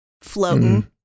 floating